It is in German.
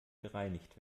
gereinigt